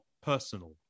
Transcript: personal